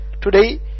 today